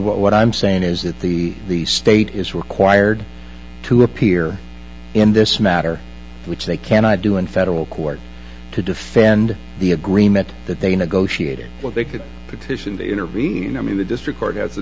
what i'm saying is that the the state is required to appear in this matter which they can i do in federal court to defend the agreement that they negotiated but they could petition to intervene i mean the district court has the